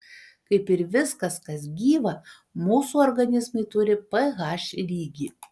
kaip ir viskas kas gyva mūsų organizmai turi ph lygį